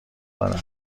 دادند